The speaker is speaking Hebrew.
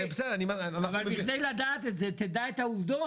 אבל בכדי לדעת את זה, תדע את העובדות.